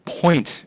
point